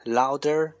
louder